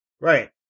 Right